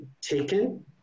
taken